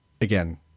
again